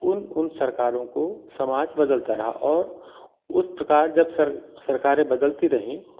उन उन सरकारों को समाज बदलता रहा और उस प्रकार जब सरकारें बदलती रहीं